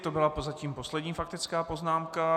To byla prozatím poslední faktická poznámka.